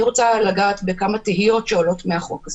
מי בכלל אמר שכל הגברים וכל הנשים רוצים שוויון מגדרי בתוך הבית